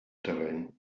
terreny